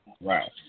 Right